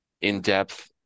in-depth